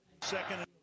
Second